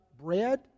bread